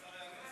השר רוצה לסכם?